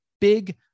big